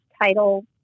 title